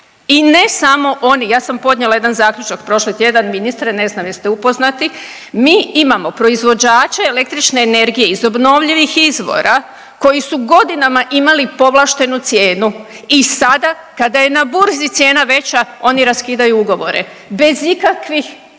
i ne samo oni, ja sam podnijela jedan zaključak prošli tjedan, ministre ne znam jeste upoznati, mi imamo proizvođače električne energije iz obnovljivih izvora koji su godinama imali povlaštenu cijenu i sada kada je na burzi cijena veća oni raskidaju ugovora bez ikakvih